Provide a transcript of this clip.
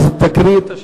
אז תקריאי את השמות.